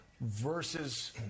versus